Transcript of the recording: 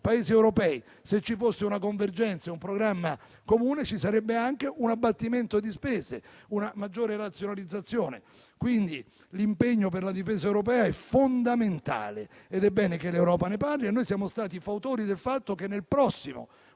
Paesi europei; se ci fosse una convergenza, un programma comune, ci sarebbe anche un abbattimento di spese e una maggiore razionalizzazione. Quindi l'impegno per la difesa europea è fondamentale, è bene che l'Europa ne parli e noi siamo stati fautori del fatto che nel prossimo